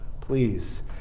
Please